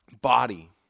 body